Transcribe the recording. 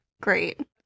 Great